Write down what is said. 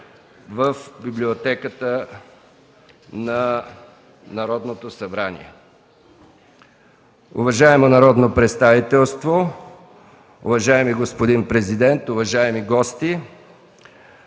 в Библиотеката на Народното събрание. Уважаемо народно представителство, уважаеми господин президент, уважаеми гости!